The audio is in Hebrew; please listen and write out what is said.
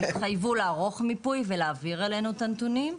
הם התחייבו לערוך מיפוי ולהעביר אלינו את הנתונים.